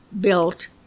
built